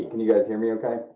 you guys hear me okay?